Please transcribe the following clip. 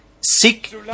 Seek